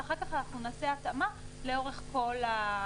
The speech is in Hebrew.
אחר כך אנחנו נעשה התאמה לאורך כל ההצעה.